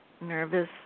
nervous